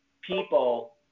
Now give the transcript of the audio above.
people